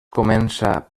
comença